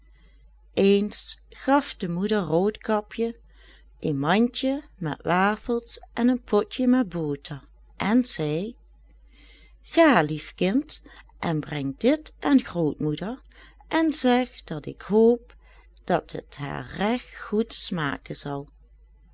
eens gaf de moeder roodkapje een mandje met wafels en een potje met boter en zei ga lief kind en breng dit aan grootmoeder en zeg dat ik hoop dat het haar regt goed smaken zal